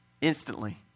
instantly